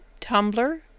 Tumblr